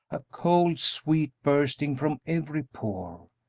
a cold sweat bursting from every pore.